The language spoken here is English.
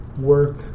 work